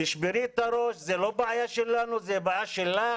תשברי את הראש, זה לא בעיה שלנו, זה בעיה שלך.